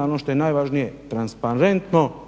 a ono što je najvažnije transparentno